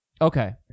Okay